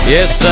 Yes